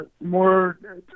more